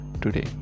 today